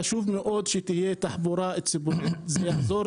חשוב מאוד שתהיה תחבורה ציבורית, זה יעזור